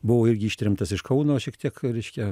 buvau irgi ištremtas iš kauno šiek tiek reiškia